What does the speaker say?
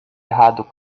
errado